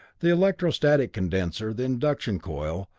the electro-static condenser, the induction coil,